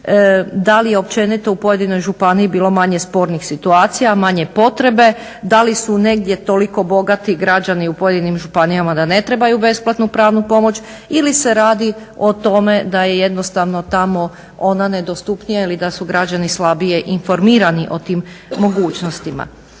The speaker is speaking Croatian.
da li je općenito u pojedinoj županiji bilo manje spornih situacija a manje potrebe. Da li su negdje toliko bogati građani u pojedinim županijama da ne trebaju besplatnu pravnu pomoć ili se radi o tome da je jednostavno tamo ona nedostupnija ili da su građani slabije informirani o tim mogućnostima.